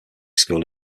school